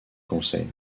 conseil